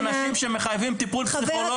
אלה אנשים שמחייבים טיפול פסיכולוגי.